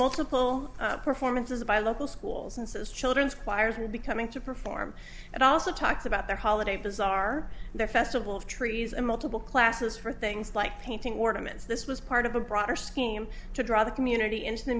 multiple performances by local schools and says children's choirs are becoming to perform and also talks about their holiday bazaar their festival of trees and multiple classes for things like painting ornaments this was part of a broader scheme to draw the community into the